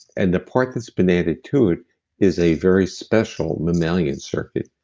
and the part that's been added to it is a very special mammalian circuit,